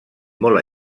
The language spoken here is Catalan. molt